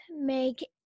make